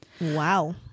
Wow